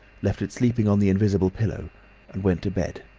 left it sleeping on the invisible pillow and went to bed.